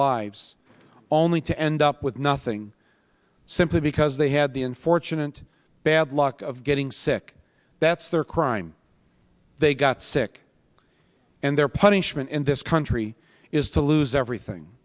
lives only to end up with nothing simply because they had the unfortunate bad luck of getting sick that's their crime they got sick and their punishment in this country is to lose everything